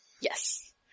Yes